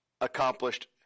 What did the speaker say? accomplished